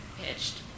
pitched